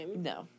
No